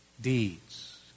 deeds